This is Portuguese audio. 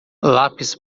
lápis